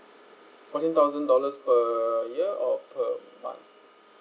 fourteen thousand dollars per year or per month